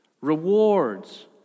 rewards